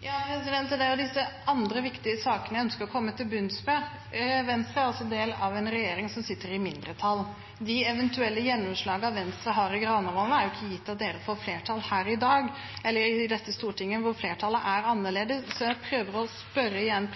Det er jo disse andre viktige sakene jeg ønsker å komme til bunns i. Venstre er altså del av en regjering som sitter i mindretall. De eventuelle gjennomslagene Venstre har i Granavolden, er det jo ikke gitt at dere får flertall for i dette stortinget, hvor flertallet er annerledes. Så jeg prøver å spørre igjen: